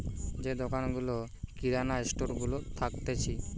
যে দোকান গুলা কিরানা স্টোর গুলা থাকতিছে